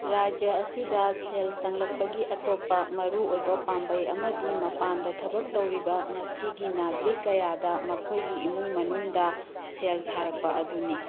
ꯔꯥꯏꯖ꯭ꯌꯥ ꯑꯁꯤꯗ ꯁꯦꯜ ꯆꯪꯂꯛꯄꯒꯤ ꯑꯇꯣꯞꯄ ꯃꯔꯨꯑꯣꯏꯕ ꯄꯥꯝꯕꯩ ꯑꯃꯗꯤ ꯃꯄꯥꯟꯗ ꯊꯕꯛ ꯇꯧꯔꯤꯕ ꯉꯁꯤꯒꯤ ꯅꯥꯒ꯭ꯔꯤꯛ ꯀꯌꯥꯗ ꯃꯈꯣꯏꯒꯤ ꯏꯃꯨꯡ ꯃꯅꯨꯡꯗ ꯁꯦꯜ ꯊꯥꯔꯛꯄ ꯑꯗꯨꯅꯤ